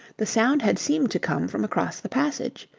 the sound had seemed to come from across the passage.